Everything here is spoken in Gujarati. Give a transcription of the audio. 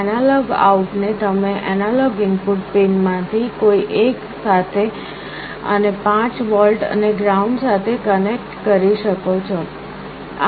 એનાલોગ આઉટ ને તમે એનાલોગ ઇનપુટ પિન માંથી કોઈ એક સાથે અને 5 વોલ્ટ અને ગ્રાઉન્ડ સાથે કનેક્ટ કરી શકો છો